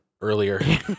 earlier